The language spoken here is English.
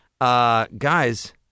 Guys